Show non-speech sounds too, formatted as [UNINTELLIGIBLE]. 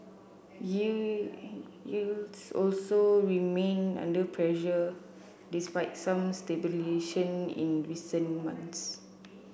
[UNINTELLIGIBLE] yields also remain under pressure despite some stabilisation in recent months